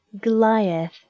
Goliath